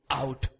out